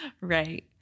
Right